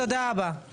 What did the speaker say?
תודה רבה.